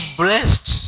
blessed